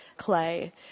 clay